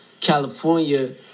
California